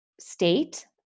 state